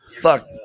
fuck